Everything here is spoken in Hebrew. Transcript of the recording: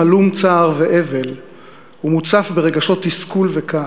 הלום צער ואבל ומוצף ברגשות תסכול וכעס,